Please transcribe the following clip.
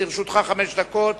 לרשותך חמש דקות